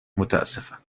متاسفم